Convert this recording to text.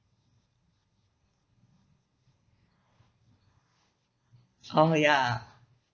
oh ya